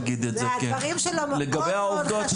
והדברים שלו מאוד מאוד חשובים,